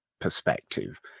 perspective